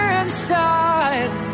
inside